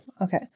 Okay